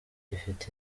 ifite